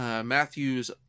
Matthew's